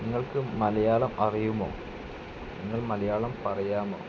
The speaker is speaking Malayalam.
നിങ്ങൾക്ക് മലയാളം അറിയുമോ നിങ്ങൾ മലയാളം പറയാമോ